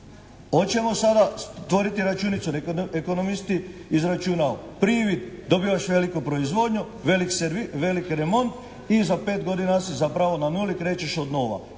Hoćemo sada stvoriti računicu? Ekonomist je izračunao. Privid – dobivaš veliku proizvodnju, veliki remont i za 5 godina si zapravo na nuli. Krećeš od nova.